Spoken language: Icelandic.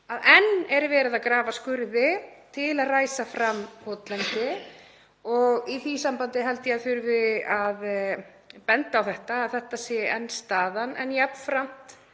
enn er verið að grafa skurði til að ræsa fram votlendi. Í því sambandi held ég að þurfi að benda á að þetta sé enn staðan en jafnframt